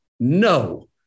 No